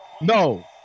no